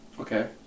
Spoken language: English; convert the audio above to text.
Okay